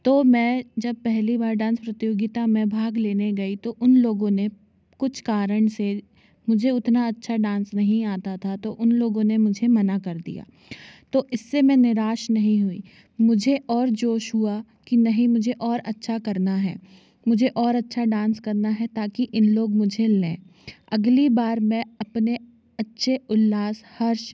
तो मैं जब पहली बार डांस प्रतियोगिता में भाग लेने गई तो उन लोगों ने कुछ कारण से मुझे उतना अच्छा डांस नहीं आता था तो उन लोगों ने मुझे मना कर दिया तो इससे मैं निराश नहीं हुई मुझे और जोश हुआ कि नहीं मुझे और अच्छा करना है मुझे और अच्छा डांस करना है ताकि इन लोग मुझे लें अगली बार मैं अपने अच्छे उल्लास हर्ष